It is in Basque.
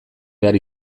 behar